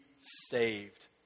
saved